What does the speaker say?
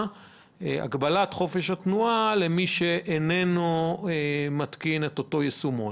חופש התנועה למי שאיננו מתקין את אותו יישומון.